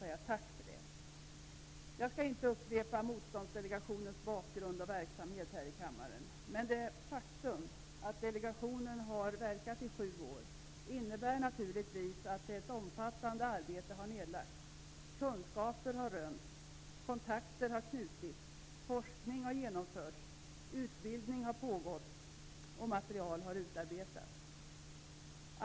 Jag skall inte här i kammaren upprepa Motståndsdelegationens bakgrund och verksamhet, men det faktum att delegationen har verkat i sju år innebär naturligtvis att ett omfattande arbete har nedlagts, kunskaper har rönts, kontakter har knutits, forskning har genomförts, utbildning har pågått och material har utarbetats.